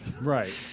Right